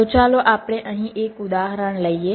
તો ચાલો આપણે અહીં એક ઉદાહરણ લઈએ